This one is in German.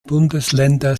bundesländer